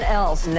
else